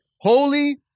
holy